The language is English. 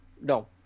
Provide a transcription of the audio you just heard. no